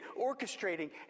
orchestrating